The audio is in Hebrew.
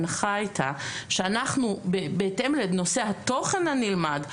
שאנחנו בהתאם לנושא התוכן הנלמד,